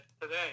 today